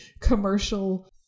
commercial